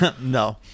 No